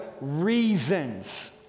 reasons